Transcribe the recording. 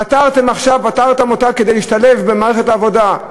פטרתם אותם כדי שישתלבו במערכת העבודה.